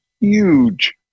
huge